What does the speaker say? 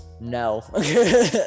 no